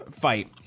fight